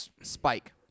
Spike